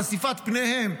חשיפת פניהם,